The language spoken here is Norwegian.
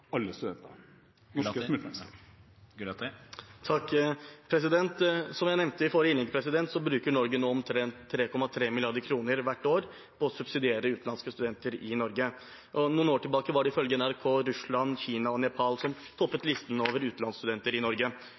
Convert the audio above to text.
alle studenter, norske som utenlandske. Som jeg nevnte i mitt forrige innlegg, bruker Norge nå omtrent 3,3 mrd. kr hvert år på å subsidiere utenlandske studenter i Norge. For noen år siden var det, ifølge NRK, Russland, Kina og Nepal som toppet listen over utenlandsstudenter i Norge.